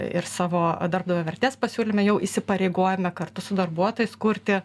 ir savo darbdavio vertės pasiūlyme jau įsipareigojome kartu su darbuotojais kurti